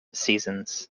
seasons